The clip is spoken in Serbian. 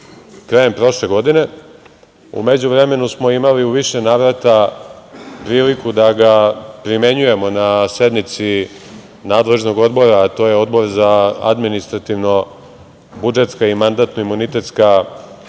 krajem prošle godine. U međuvremenu smo imali u više navrata priliku da ga primenjujemo na sednici nadležnog odbora, a to je Odbor za administrativno-budžetska i mandatno-imunitetska